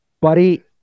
Buddy